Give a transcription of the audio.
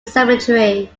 cemetery